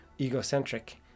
egocentric